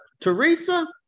Teresa